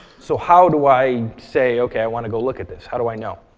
so how do i say, ok, i want to go look at this? how do i know?